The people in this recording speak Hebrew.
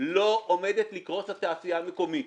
לא עומדת לקרוס התעשייה המקומית.